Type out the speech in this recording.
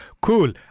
Cool